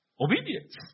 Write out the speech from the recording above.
obedience